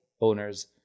owners